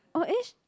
oh is